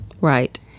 Right